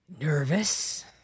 Nervous